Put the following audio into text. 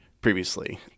previously